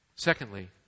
Secondly